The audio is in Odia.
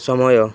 ସମୟ